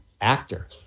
actor